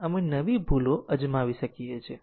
તેથી આપણે ત્રણ માર્ગો ની આશા રાખીએ છીએ